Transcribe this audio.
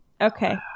okay